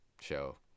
show